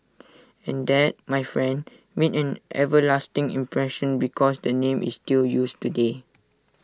and that my friend made an everlasting impression because the name is still used today